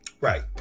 Right